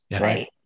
Right